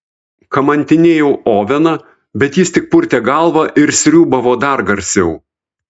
kamantinėjau oveną bet jis tik purtė galvą ir sriūbavo dar garsiau